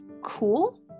cool